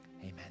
Amen